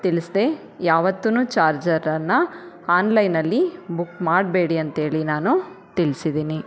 ತಿಳಿಸ್ದೆ ಯಾವತ್ತೂನು ಚಾರ್ಜರನ್ನು ಆನ್ಲೈನ್ನಲ್ಲಿ ಬುಕ್ ಮಾಡಬೇಡಿ ಅಂತೇಳಿ ನಾನು ತಿಳ್ಸಿದ್ದೀನಿ